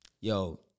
yo